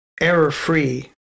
error-free